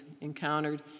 encountered